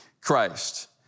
Christ